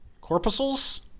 Corpuscles